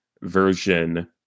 version